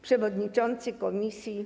Przewodniczący komisji.